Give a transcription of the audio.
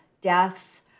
deaths